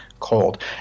cold